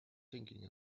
thinking